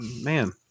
man